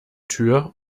tür